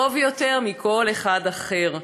טוב יותר מכל אחד אחר.